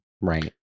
right